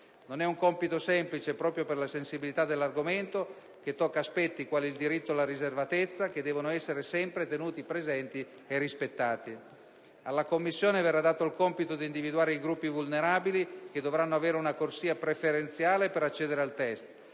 Non è un compito semplice, proprio per la sensibilità dell'argomento, che tocca aspetti, quali il diritto alla riservatezza, che devono essere sempre tenuti presenti e rispettati. Alla Commissione verrà affidato il compito di individuare i gruppi vulnerabili che dovranno avere una corsia preferenziale per accedere al test.